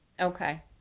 Okay